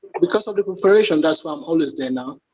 because of the preparation, that's why i'm always there now.